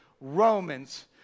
Romans